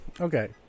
Okay